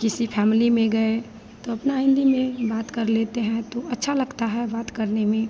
किसी फ़ैमिली में गए तो अपना हिन्दी में बात कर लेते हैं तो अच्छा लगता है बात करने में